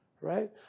right